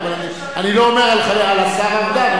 אבל אני לא אומר על השר ארדן,